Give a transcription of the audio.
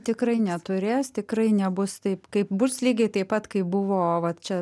tikrai neturės tikrai nebus taip kaip bus lygiai taip pat kaip buvo vat čia